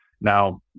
now